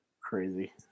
Crazy